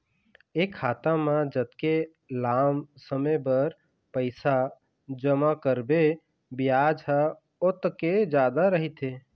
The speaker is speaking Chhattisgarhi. ए खाता म जतके लाम समे बर पइसा जमा करबे बियाज ह ओतके जादा रहिथे